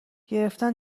گرفتن